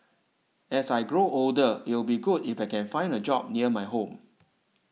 as I grow older it'll be good if I can find a job near my home